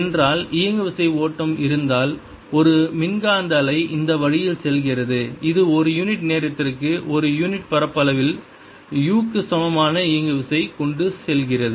என்றால் இயங்குவிசை ஓட்டம் இருந்தால் ஒரு மின்காந்த அலை இந்த வழியில் செல்கிறது இது ஒரு யூனிட் நேரத்திற்கு ஒரு யூனிட் பரப்பளவில் u க்கு சமமான இயங்குவிசை கொண்டு செல்கிறது